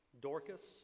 Dorcas